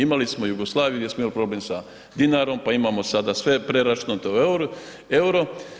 Imali smo Jugoslaviju gdje smo imali problem sa dinarom, pa imamo sada sve je preračunato u EUR-o.